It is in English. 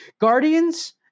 Guardians